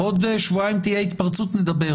עוד שבועיים אם תהיה התפרצות נדבר